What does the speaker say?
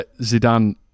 Zidane